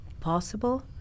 possible